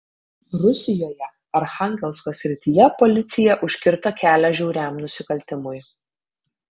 rusijoje archangelsko srityje policija užkirto kelią žiauriam nusikaltimui